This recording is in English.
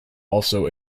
also